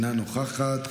אינה נוכחת,